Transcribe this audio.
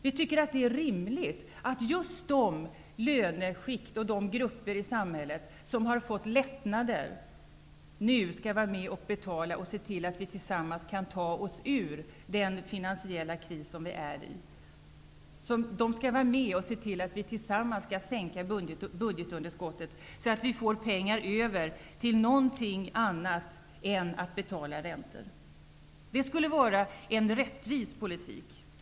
Vi tycker att det är rimligt att just de löneskikt och de grupper i samhället som har fått lättnader nu skall vara med och betala och se till att vi tillsammans kan ta oss ur den finansiella kris som vi är i och se till att vi kan sänka budgetunderskottet, så att vi får pengar över till någonting annat än att betala räntor. Det skulle vara en rättvis politik.